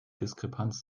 diskrepanz